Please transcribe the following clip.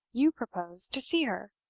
you propose to see her,